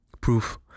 proof